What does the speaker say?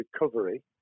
recovery